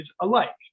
alike